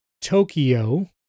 Tokyo